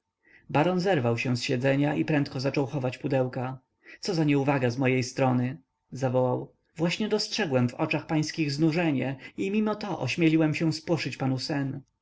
baron zerwał się z siedzenia i prędko zaczął chować pudełka co za nieuwaga z mojej strony zawołał właśnie dostrzegłem w oczach pańskich znużenie i mimoto ośmieliłem się spłoszyć panu sen